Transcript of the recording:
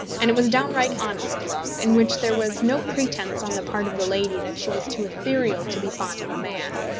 and it was downright honest love in which there was no pretence on the part of the lady that she was too ethereal to be fond of a man,